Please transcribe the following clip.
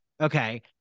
okay